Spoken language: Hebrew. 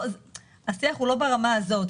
השיח הוא לא ברמה הזאת.